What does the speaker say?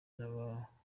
n’abanyamuryango